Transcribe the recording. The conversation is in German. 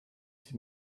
sie